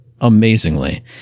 amazingly